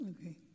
Okay